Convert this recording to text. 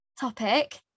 topic